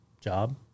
job